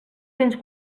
cents